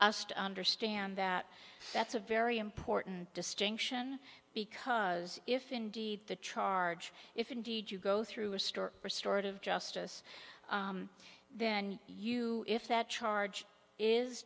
us to understand that that's a very important distinction because if indeed the charge if indeed you go through a store restorative justice then you know if that charge is